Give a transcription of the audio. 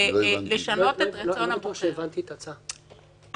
לטווח הרחוק מאוד,